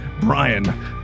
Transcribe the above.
brian